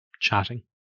chatting